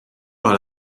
par